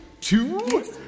two